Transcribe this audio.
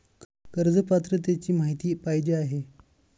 कर्ज पात्रतेची माहिती पाहिजे आहे?